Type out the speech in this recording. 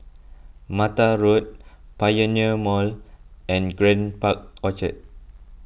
Mattar Road Pioneer Mall and Grand Park Orchard